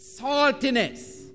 saltiness